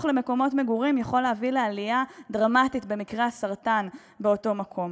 למקומות מגורים עלולה להביא לעלייה דרמטית במקרי הסרטן באותו מקום.